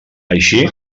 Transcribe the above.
així